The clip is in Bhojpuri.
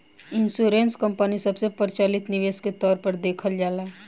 इंश्योरेंस कंपनी सबसे प्रचलित निवेश के तौर पर देखल जाला